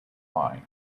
line